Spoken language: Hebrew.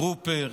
טרופר,